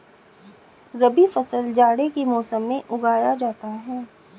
रबी फसल जाड़े के मौसम में उगाया जाता है